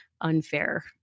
unfair